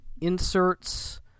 inserts